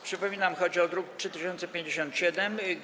Przypominam, że chodzi o druk nr 3057.